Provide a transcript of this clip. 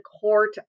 court